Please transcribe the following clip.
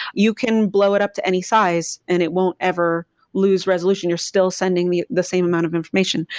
you can blow it up to any size and it won't ever lose resolution. you are still sending the the same amount of information.